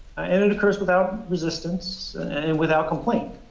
and it occurs without resistance, and without complaint.